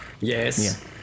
Yes